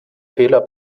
fehler